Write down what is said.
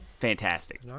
fantastic